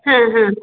ಹಾಂ ಹಾಂ